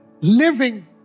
living